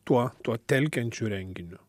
tuo tuo telkiančiu renginiu